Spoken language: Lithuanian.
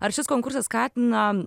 ar šis konkursas skatina